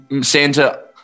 Santa